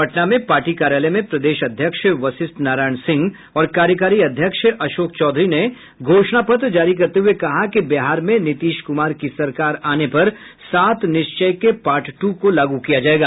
पटना में पार्टी कार्यालय में प्रदेश अध्यक्ष वशिष्ठ नारायण सिंह और कार्यकारी अध्यक्ष अशोक चौधरी ने घोषणा पत्र जारी करते हुए कहा कि बिहार में नीतीश कुमार की सरकार आने पर सात निश्चय के पार्ट ट्र को लागू किया जायेगा